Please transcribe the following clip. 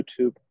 YouTube